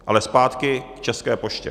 Ale zpátky k České poště.